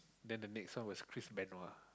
then the next one was Chris Benoit